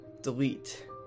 DELETE